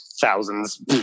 thousands